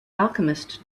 alchemist